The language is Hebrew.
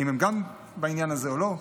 אם גם הם בעניין הזה או לא,